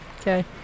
okay